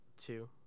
two